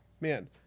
man